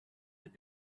have